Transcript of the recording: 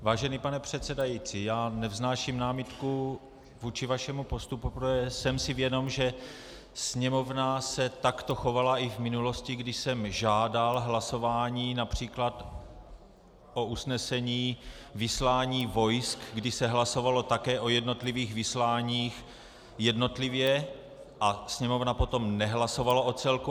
Vážený pane předsedající, já nevznáším námitku vůči vašemu postupu, protože jsem si vědom, že Sněmovna se takto chovala i v minulosti, když jsem žádal hlasování např. o usnesení vyslání vojsk, kdy se hlasovalo také o jednotlivých vysláních jednotlivě a Sněmovna potom nehlasovala o celku.